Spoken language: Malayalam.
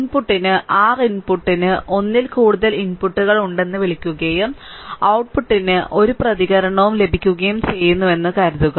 ഇൻപുട്ടിന് r ഇൻപുട്ടിന് ഒന്നിൽ കൂടുതൽ ഇൻപുട്ടുകൾ ഉണ്ടെന്ന് വിളിക്കുകയും ഔട്ട്പുട്ടിന് ഒരു പ്രതികരണവും ലഭിക്കുകയും ചെയ്യുന്നുവെന്ന് കരുതുക